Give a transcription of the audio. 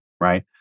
Right